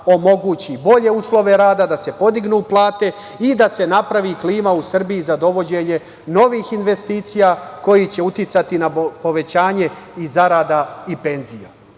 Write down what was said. omogući bolje uslove rada, da se podignu plate i da se napravi klima u Srbiji za dovođenje novih investicija koje će uticati na povećanje i zarada i